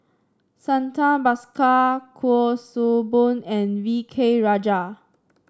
Santha Bhaskar Kuik Swee Boon and V K Rajah